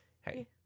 hey